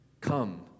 Come